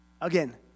Again